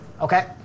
Okay